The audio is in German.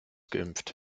geimpft